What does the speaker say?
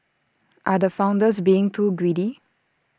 are the founders being too greedy